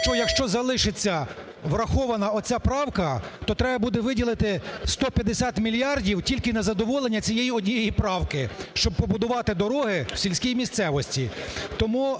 якщо залишиться врахована оця правка, то треба буде виділити 150 мільярдів тільки на задоволення цієї однієї правки, щоб побудувати дороги в сільській місцевості.